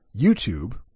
YouTube